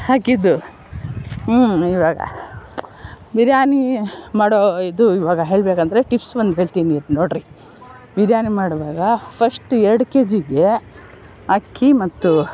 ಹಾಕಿದ್ದು ಹ್ಞೂ ಇವಾಗ ಬಿರಿಯಾನಿ ಮಾಡೋ ಇದು ಇವಾಗ ಹೇಳಬೇಕಂದರೆ ಟಿಪ್ಸ್ ಒಂದು ಹೇಳ್ತೀನಿ ನೋಡಿರಿ ಬಿರಿಯಾನಿ ಮಾಡುವಾಗ ಫಸ್ಟ್ ಎರಡು ಕೆ ಜಿಗೆ ಅಕ್ಕಿ ಮತ್ತು